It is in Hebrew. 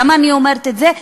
למה אני אומרת את זה?